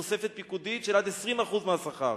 תוספת פיקודית של עד 20% מהשכר.